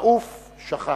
לעוף שכחנו."